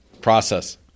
process